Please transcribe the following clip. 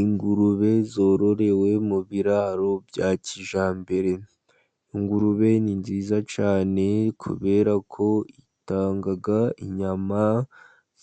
Ingurube zororewe mu biraro bya kijyambere, ingurube ni nziza cyane, kubera ko zitanga inyama